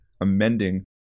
amending